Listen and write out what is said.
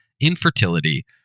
infertility